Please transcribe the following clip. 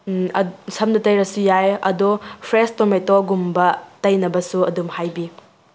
ꯁꯝꯗ ꯇꯩꯔꯁꯨ ꯌꯥꯏ ꯑꯗꯣ ꯐ꯭ꯔꯦꯁ ꯇꯣꯃꯦꯇꯣꯒꯨꯝꯕ ꯇꯩꯅꯕꯁ ꯑꯗꯨꯝ ꯍꯥꯏꯕꯤ